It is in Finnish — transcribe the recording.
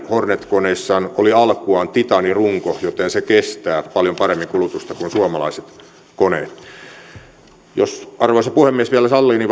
hornet koneissa oli alkujaan titaanirunko joten ne kestävät paljon paremmin kulutusta kuin suomalaiset koneet jos arvoisa puhemies vielä sallii